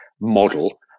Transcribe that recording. model